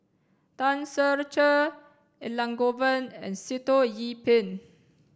Tan Ser Cher Elangovan and Sitoh Yih Pin